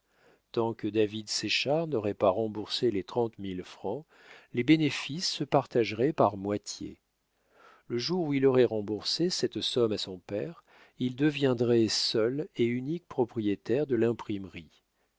tant que david séchard n'aurait pas remboursé les trente mille francs les bénéfices se partageraient par moitié le jour où il aurait remboursé cette somme à son père il deviendrait seul et unique propriétaire de l'imprimerie